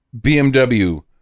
bmw